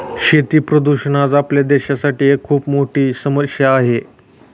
शेती प्रदूषण आज आपल्या देशासाठी एक खूप मोठी समस्या आहे